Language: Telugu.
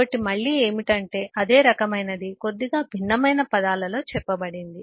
కాబట్టి మళ్ళీ ఏమిటంటే అదే రకమైనది కొద్దిగా భిన్నమైన పదాలలో చెప్పబడింది